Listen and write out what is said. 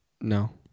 No